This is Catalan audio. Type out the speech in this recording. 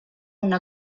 una